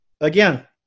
again